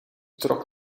trok